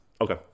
Okay